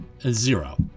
zero